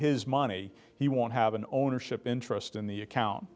his money he won't have an ownership interest in the account